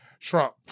Trump